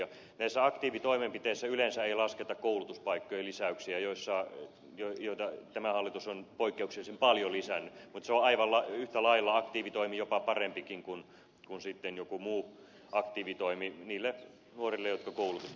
näihin aktiivitoimenpiteisiin yleensä ei lasketa koulutuspaikkojen lisäyksiä joita tämä hallitus on poikkeuksellisen paljon tehnyt mutta ne ovat aivan yhtä lailla aktiivitoimi jopa parempikin kuin sitten joku muu aktiivitoimi niille nuorille jotka koulutusta tarvitsevat